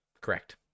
Correct